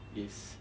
yes